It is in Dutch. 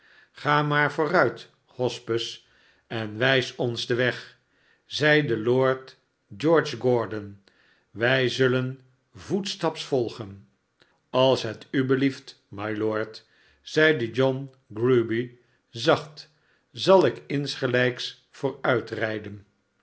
vorderen sgamaar vooruit hospes en wijs ons den weg zeide lord george gordon wij zullen voetstaps volgen als het u belieft mylord zeide john grueby zacht szal ik insgelijks